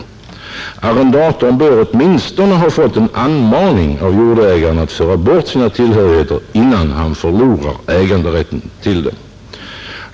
Arrendatorn bör åtminstone ha fått en anmaning av jordägaren att föra bort sina tillhörigheter, innan han förlorar äganderätten till dem.